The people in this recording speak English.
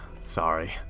sorry